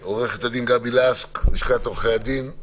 את עורכת הדין גבי לסקי, לשכת עורכי הדין.